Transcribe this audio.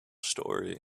story